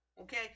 Okay